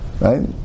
right